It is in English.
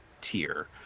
tier